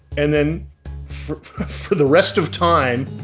and then for for the rest of time,